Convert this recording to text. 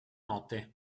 notte